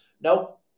Nope